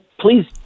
please